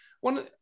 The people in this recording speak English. one